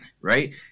right